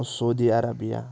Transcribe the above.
Saudi Arabia